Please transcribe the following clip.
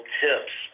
tips